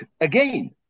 again